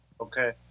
Okay